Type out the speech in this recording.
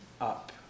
up